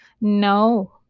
No